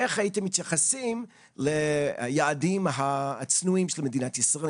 איך הייתם מתייחסים ליעדים הצנועים של מדינת ישראל,